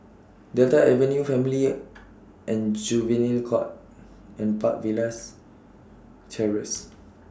Delta Avenue Family and Juvenile Court and Park Villas Terrace